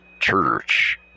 church